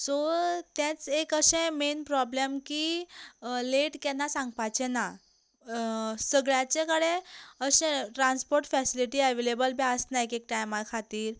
so तेंच एक अशें मेन प्रोब्लेम की लॅट केन्ना सांगपाचें ना सगळ्यांचे कडेन अशें ट्रांसपोट फॅसिलिटी एवेलेबल बी आसना एक एक टायमा खातीर